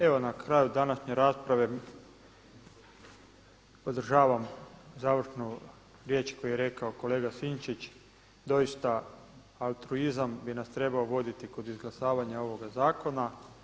Evo na kraju današnje rasprave podržavam završnu riječ koju je rekao kolega Sinčić, doista altruizam bi nas trebao voditi kod izglasavanja ovog zakona.